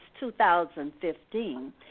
2015